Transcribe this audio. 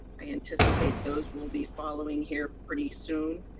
i anticipate those will be following here pretty soon,